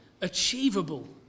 achievable